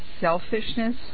selfishness